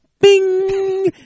bing